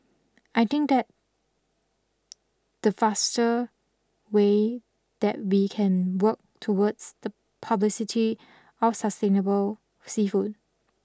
I think that the faster way that we can work towards the publicity of sustainable seafood